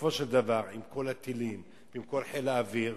שבסופו של דבר, עם כל הטילים ועם כל חיל האוויר,